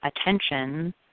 attention